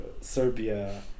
Serbia